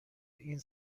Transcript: این